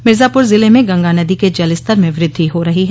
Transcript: मिर्जापुर जिले में गंगा नदी क जलस्तर में वृद्धि हो रही है